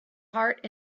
heart